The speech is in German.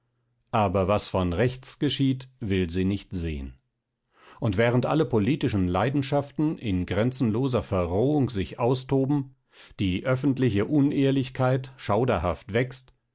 aber was von rechts geschieht will sie nicht sehen und während alle politischen leidenschaften in grenzenloser verrohung sich austoben die öffentliche unehrlichkeit schauderhaft wächst